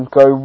go